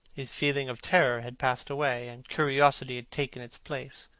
his feeling of terror had passed away, and curiosity had taken its place.